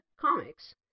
comics